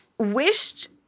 wished